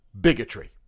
bigotry